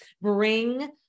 bring